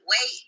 wait